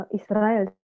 Israel